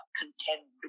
contend